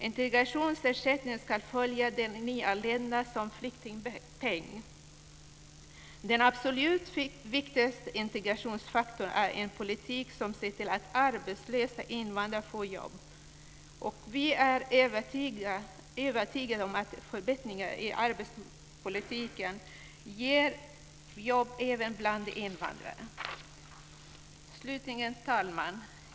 Integrationsersättningen ska följa den nyanlända som flyktingpeng. Den absolut viktigaste integrationsfaktorn är en politik som ser till att arbetslösa invandrare får jobb. Vi är övertygade om att förbättringar i arbetsmarknadspolitiken ger jobb även bland invandrare. Herr talman!